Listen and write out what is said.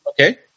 Okay